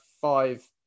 five